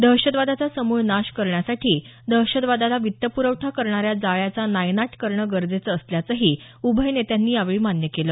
दहशतवादाचा समूळ नाश करण्यासाठी दहशतवादाला वित्तप्रवठा करणाऱ्या जाळ्याचा नायनाट करणं गरजेचं असल्याचही उभय नेत्यांनी यावेळी मान्य केलं